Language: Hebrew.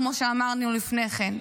כמו שאמרנו לפני כן.